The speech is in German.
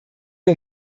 wir